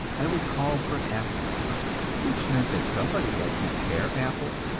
i would call for apple sauce which meant that somebody had to pare apples,